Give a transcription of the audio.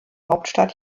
hauptstadt